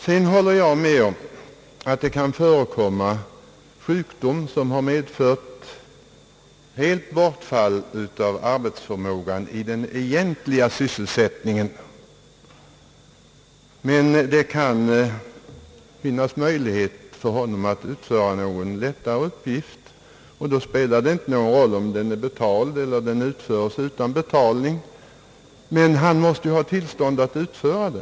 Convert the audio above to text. Jag håller med om att det kan förekomma sjukdom, som har medfört helt bortfall av arbetsförmågan i den egentliga sysselsättningen, men där det dock finns möjlighet för den sjuke att utföra någon lättare uppgift. Då spelar det ingen roll om den är betald eller om den utföres utan betalning, han måste ändå ha tillstånd att utföra den.